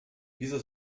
diese